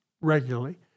regularly